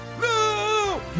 No